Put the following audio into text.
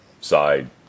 side